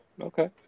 Okay